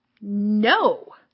No